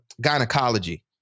gynecology